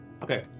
Okay